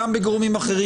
גם בגורמים אחרים.